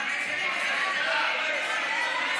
אמרתם שאתם בעד.